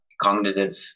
cognitive